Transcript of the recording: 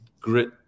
grit